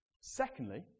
Secondly